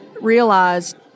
realized